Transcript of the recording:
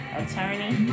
attorney